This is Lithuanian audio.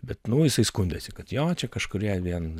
bet nu jisai skundėsi kad jo čia kažkurią vien